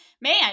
man